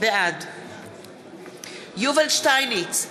בעד יובל שטייניץ,